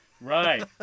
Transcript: Right